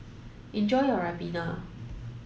enjoy your Ribena